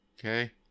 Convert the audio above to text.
Okay